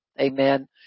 amen